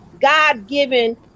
God-given